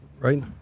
Right